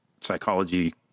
psychology